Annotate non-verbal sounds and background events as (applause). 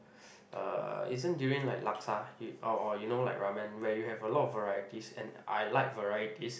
(noise) uh isn't durian like laksa you or or you know like ramen where you have a lot of varieties and I like varieties